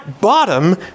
bottom